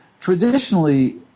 traditionally